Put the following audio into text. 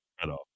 cutoff